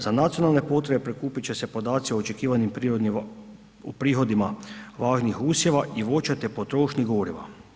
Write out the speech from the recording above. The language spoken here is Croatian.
Za nacionalne potrebe, prikupit će se podaci o očekivanim prihodima važnih usjeva i voća te potrošnji goriva.